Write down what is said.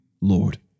Lord